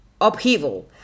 upheaval